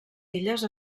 illes